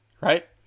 Right